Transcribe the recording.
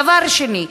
דבר שני,